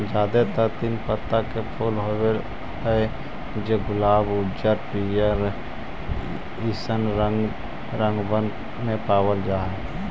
जादेतर तीन पत्ता के फूल होब हई जे गुलाबी उज्जर पीअर ईसब रंगबन में पाबल जा हई